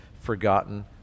forgotten